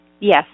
Yes